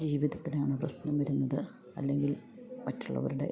ജീവിതത്തിലാണ് പ്രശ്നം വരുന്നത് അല്ലെങ്കിൽ മറ്റുള്ളവരുടെ